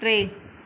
टे